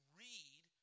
read